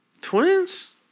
Twins